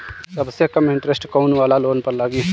सबसे कम इन्टरेस्ट कोउन वाला लोन पर लागी?